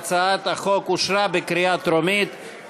ההצעה להעביר את הצעת חוק המכר (דירות) (תיקון,